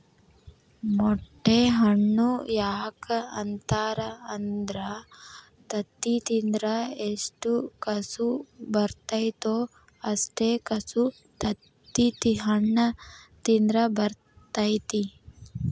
ಮೊಟ್ಟೆ ಹಣ್ಣು ಯಾಕ ಅಂತಾರ ಅಂದ್ರ ತತ್ತಿ ತಿಂದ್ರ ಎಷ್ಟು ಕಸು ಬರ್ತೈತೋ ಅಷ್ಟೇ ಕಸು ತತ್ತಿಹಣ್ಣ ತಿಂದ್ರ ಬರ್ತೈತಿ